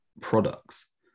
products